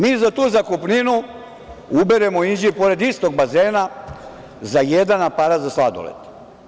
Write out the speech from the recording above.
Mi za tu zakupninu uberemo u Inđiji pored istog bazena za jedan aparat za sladoled.